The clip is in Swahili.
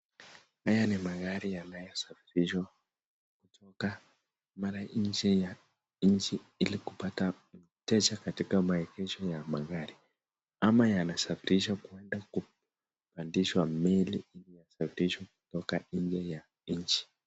Haya ni magari yanayosafirishwa mara kutoka nje ya nchi ili kupata wateja katika maegesho ya magari, ama yanasafirishwa kwenda kupandiwa meli ili yasafirishwe kutoka nje ya nchi.